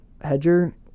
Hedger